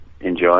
enjoy